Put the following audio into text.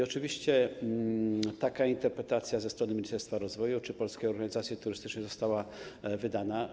Oczywiście taka interpretacja ze strony Ministerstwa Rozwoju czy Polskiej Organizacji Turystycznej została wydana.